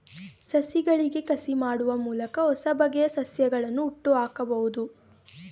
ಸಸಿಗಳಿಗೆ ಕಸಿ ಮಾಡುವ ಮೂಲಕ ಹೊಸಬಗೆಯ ಸಸ್ಯಗಳನ್ನು ಹುಟ್ಟುಹಾಕಬೋದು